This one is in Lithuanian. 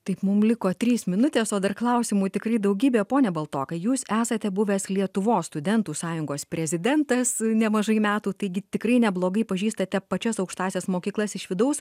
taip mums liko trys minutės o dar klausimų tikrai daugybė pone baltokai jūs esate buvęs lietuvos studentų sąjungos prezidentas nemažai metų taigi tikrai neblogai pažįstate pačias aukštąsias mokyklas iš vidaus